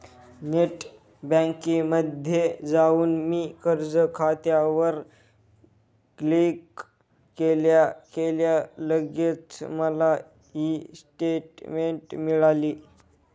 net बँकिंगमध्ये जाऊन मी कर्ज खात्यावर क्लिक केल्या केल्या लगेच मला ई स्टेटमेंट मिळाली